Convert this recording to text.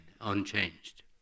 unchanged